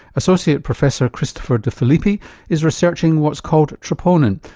associate professor christopher de filippi is researching what's called troponin,